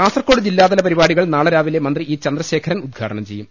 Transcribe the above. കാസർകോട് ജില്ലാതല പരിപാടികൾ നാളെ രാവിലെ മന്ത്രി ഇ ചന്ദ്രശേഖരൻ ഉദ്ഘാടനം ചെയ്യും